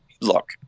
Look